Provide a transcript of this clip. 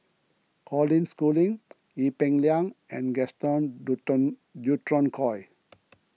Colin Schooling Ee Peng Liang and Gaston Dutronquoy